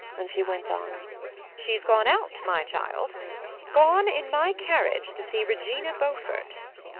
and she went on she's gone out, my child gone in my carriage to see regina beaufort.